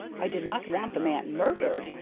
i did not want the man murdered,